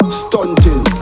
stunting